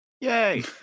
yay